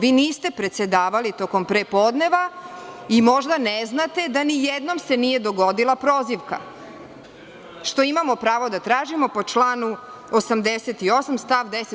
Vi niste predsedavali tokom prepodneva i možda ne znate da ni jednom se nije dogodila prozivka, što imamo pravo da tražimo po članu 88. stav10.